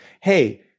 hey